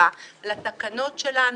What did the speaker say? לתקנות שלנו,